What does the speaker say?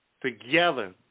Together